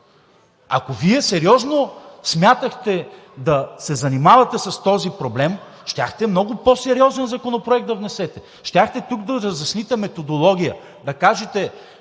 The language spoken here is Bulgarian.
Ако Вие сериозно смятахте да се занимавате с този проблем, щяхте много по-сериозен законопроект да внесете. Щяхте тук да разясните методология, да кажете: